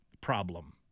problem